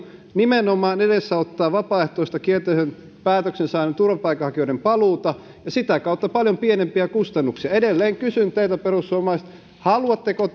nimenomaan edesauttaa kielteisen päätöksen saaneiden turvapaikanhakijoiden vapaaehtoista paluuta ja sitä kautta paljon pienempiä kustannuksia edelleen kysyn teiltä perussuomalaiset haluatteko